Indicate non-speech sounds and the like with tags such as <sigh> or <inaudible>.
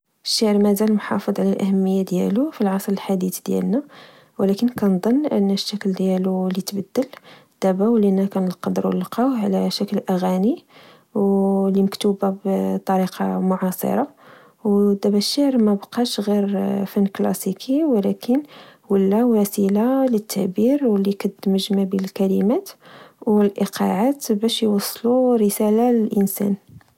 الشعر مزال محافظ على الأهمية ديالو فالعصر الحديت ديالنا، ولكن كنظن أن الشكل ديالو اللي تبدل، دابا ولنا كنقدرو لقاوه على شكل أغاني <hesitation> لمكتوبة بطريقة معاصرة. ودابا الشعر ما بقاش غير فن كلاسيكي، ولكن ولى وسيلة للتعبير واللي كتدمج مبين الكلمات والإيقاعات، باش يوصلو الرسالة الإنسان